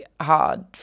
hard